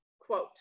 quote